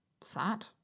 sad